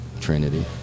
Trinity